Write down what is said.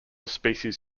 species